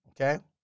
Okay